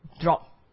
drop